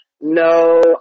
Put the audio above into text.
no